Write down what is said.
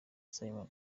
simon